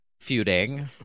feuding